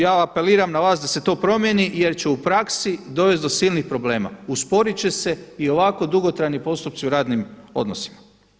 Ja apeliram na vas da se to promijeni jer će u praksi dovesti do silnih problema, usporit će se i ovako dugotrajni postupci u radnim odnosima.